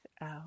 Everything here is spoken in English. out